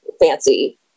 fancy